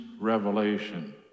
revelation